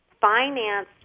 finance